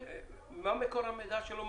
תקשיבי,